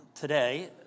today